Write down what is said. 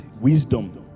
wisdom